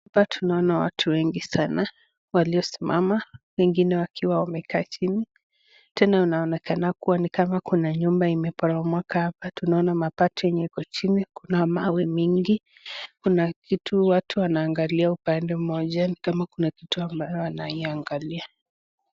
Hapa tunaona watu wengi sana walio simama wengine wakiwa wamekaa chini, tena inaonekana nikama kuna nyumba imeboromoka hapa tunaona mabati iko chini, kuna mawe nyingi kuna vitu watu wanaangalia upande mmoja nikama kitu wanaiangalia.